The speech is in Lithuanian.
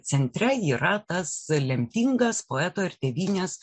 centre yra tas lemtingas poeto ir tėvynės